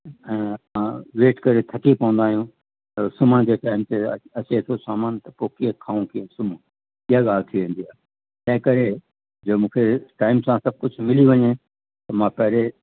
ऐं असां वेट करे थकी पवंदा आहियूं सुम्हण जे टाइम ते अचे थो सामान त पोइ कीअं खाऊं कीअं सुम्हूं इहा ॻाल्हि थी वेंदी आहे तंहिं करे जो मूंखे टाइम सां सभु कुझु मिली वञे त मां पहिरें